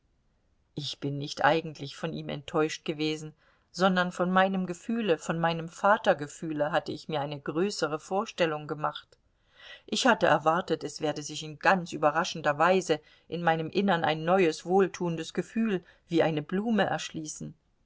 ich bin nicht eigentlich von ihm enttäuscht gewesen sondern von meinem gefühle von meinem vatergefühle hatte ich mir eine größere vorstellung gemacht ich hatte erwartet es werde sich in ganz überraschender weise in meinem innern ein neues wohltuendes gefühl wie eine blume erschließen